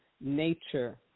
nature